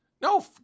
No